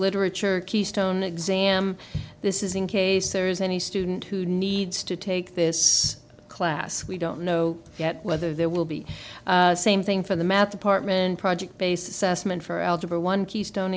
literature keystone exam this is in case there is any student who needs to take this class we don't know yet whether there will be same thing for the math department project basis assman for algebra one keystone